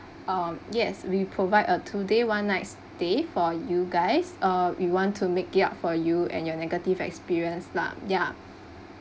um yes we provide a two day one night stay for you guys uh we want to make it up for you and your negative experience lah ya